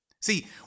See